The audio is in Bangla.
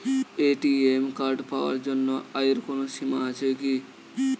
এ.টি.এম কার্ড পাওয়ার জন্য আয়ের কোনো সীমা আছে কি?